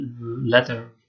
letter